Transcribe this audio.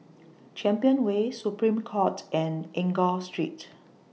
Champion Way Supreme Court and Enggor Street